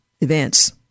events